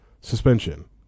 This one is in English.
suspension